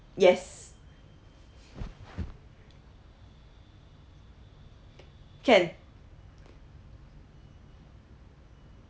yes can